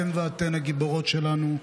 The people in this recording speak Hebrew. אתם ואתן הגיבורים והגיבורות שלנו,